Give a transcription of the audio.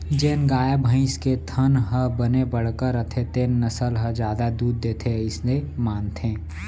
जेन गाय, भईंस के थन ह बने बड़का रथे तेन नसल ह जादा दूद देथे अइसे मानथें